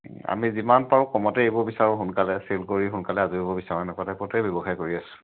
আমি যিমান পাৰোঁ কমতেই এৰিব বিচাৰোঁ সোনকালে চেল কৰি সোনকালে আজৰি হ'ব বিচাৰোঁ এনেকুৱা টাইপতে ব্যৱসায় কৰি আছোঁ